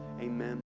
Amen